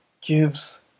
gives